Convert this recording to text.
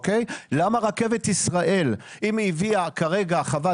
למה רכבת ישראל אם היא הביאה כרגע חוות